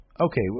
okay